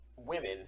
Women